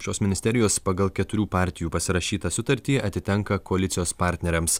šios ministerijos pagal keturių partijų pasirašytą sutartį atitenka koalicijos partneriams